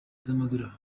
z’amadolari